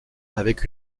avec